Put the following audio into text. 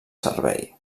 servei